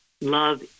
love